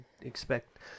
expect